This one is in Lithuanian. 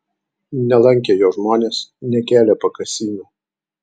nelankė jo žmonės nekėlė pakasynų